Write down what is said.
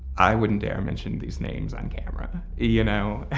i wouldn't dare mention these names on camera, you know?